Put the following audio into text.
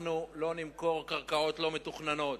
אנחנו לא נמכור קרקעות לא מתוכננות.